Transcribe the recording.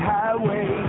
Highway